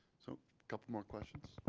so couple more questions.